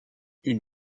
une